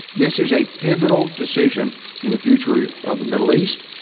this is a pivotal decision in the future of the middle east,